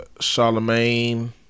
Charlemagne